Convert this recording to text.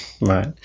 Right